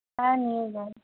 হ্যাঁ নিয়ে যায়